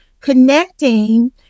connecting